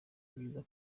ibyiza